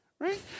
Right